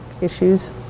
issues